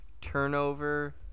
turnover